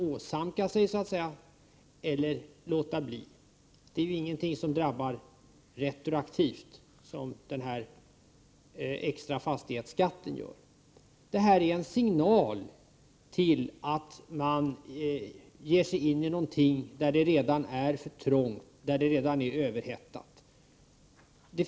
Det är i varje fall ingen avgift som man kan drabbas av retroaktivt, som ju är fallet t.ex. i fråga om den extra fastighetsskatten. Det här skall uppfattas som en signal om att det redan så att säga är för trångt, att det redan råder överhettning.